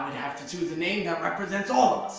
have to choose the name that represents all